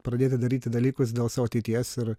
pradėti daryti dalykus dėl savo ateities ir